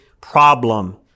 problem